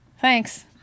thanks